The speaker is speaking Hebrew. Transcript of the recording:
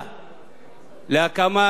להקמת מתקן שהייה,